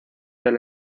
del